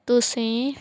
ਤੁਸੀਂ